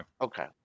Okay